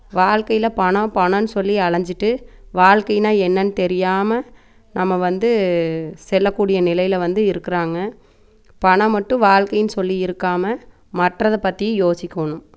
வாழ்க்கையில் பணம் பணம் சொல்லி அலைஞ்சிட்டு வாழ்க்கைனா என்னன்னு தெரியாமல் நம்ம வந்து செல்லக்கூடிய நிலையில் வந்து இருக்கிறாங்க பணம் மட்டும் வாழ்க்கைன்னு சொல்லி இருக்காமல் மற்றதை பற்றியும் யோசிக்கணும்